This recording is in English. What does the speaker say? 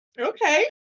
Okay